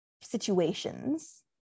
situations